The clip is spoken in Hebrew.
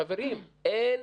חברים, אין